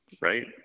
right